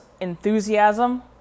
enthusiasm